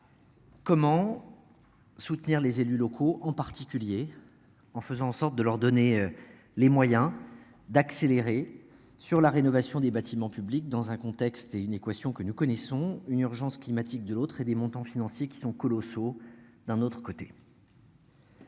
Comment. Soutenir les élus locaux, en particulier en faisant en sorte de leur donner les moyens d'accélérer sur la rénovation des bâtiments publics dans un contexte et une équation que nous connaissons une urgence climatique de l'autre et des montants financiers qui sont colossaux. D'un autre côté.